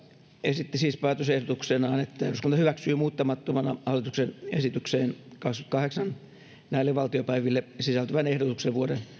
esitti siis päätösehdotuksenaan että eduskunta hyväksyy muuttamattomana hallituksen esitykseen kahdellekymmenellekahdeksalle näille valtiopäiville sisältyvän ehdotuksen vuoden